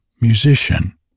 musician